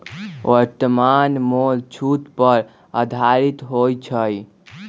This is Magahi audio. वर्तमान मोल छूट पर आधारित होइ छइ